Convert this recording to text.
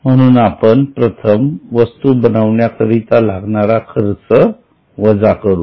म्हणून आपण प्रथम वस्तू बनविण्याकरिता लागणारा खर्च वजा करू